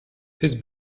his